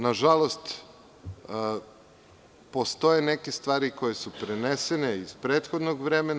Na žalost, postoje neke stvari koje su prenesene iz prethodnog vremena.